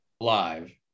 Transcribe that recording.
live